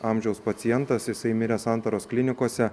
amžiaus pacientas jisai mirė santaros klinikose